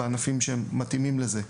בענפים שמתאימים לכך.